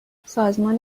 سازمان